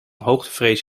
hoogtevrees